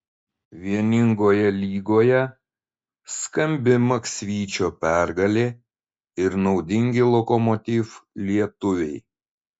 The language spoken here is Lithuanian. vieningoje lygoje skambi maksvyčio pergalė ir naudingi lokomotiv lietuviai